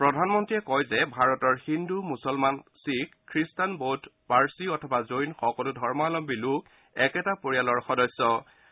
প্ৰধানমন্ত্ৰীয়ে কয় য়ে ভাৰতৰ হিন্দু মূছলমান শিখ খ্ৰীষ্টান বৌদ্ধ পাৰ্চী অথবা জৈন সকলো ধৰ্মৱলন্নী লোক একেটা পৰিয়ালৰ সদস্য হয়